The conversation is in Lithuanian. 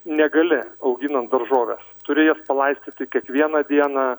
negali auginant daržoves turi jas palaistyti kiekvieną dieną